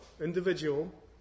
individual